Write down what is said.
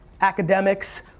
academics